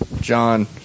John